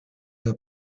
due